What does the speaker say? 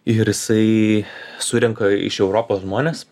ir jisai surenka iš europos žmones